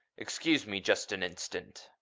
excuse me just an instant.